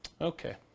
Okay